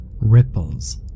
ripples